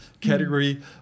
category